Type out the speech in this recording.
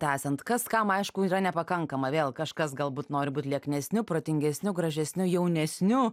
tęsiant kas kam aišku yra nepakankama vėl kažkas galbūt nori būt lieknesniu protingesniu gražesniu jaunesniu